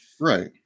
Right